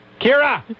Kira